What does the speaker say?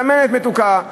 שמנת מתוקה,